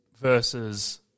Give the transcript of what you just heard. versus